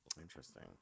Interesting